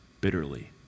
bitterly